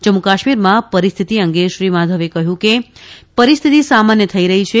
જમ્મુ કાશ્મીરમાં પરિસ્થિતિ અંગે શ્રી મધવે કહ્યું કે પરિસ્થિતિ સામાન્ય થઇ રહી છે